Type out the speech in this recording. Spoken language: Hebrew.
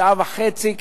שעה וחצי,